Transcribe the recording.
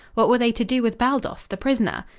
what were they to do with baldos, the prisoner?